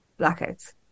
Blackouts